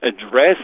address